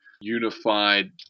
unified